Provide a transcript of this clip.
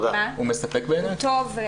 הוא טוב.